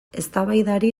eztabaidari